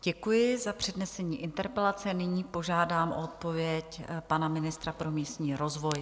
Děkuji za přednesení interpelace a nyní požádám o odpověď pana ministra pro místní rozvoj.